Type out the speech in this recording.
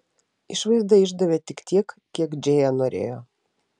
išvaizda išdavė tik tiek kiek džėja norėjo